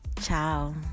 Ciao